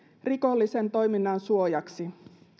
rikollisen toiminnan suojaksi